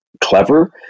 clever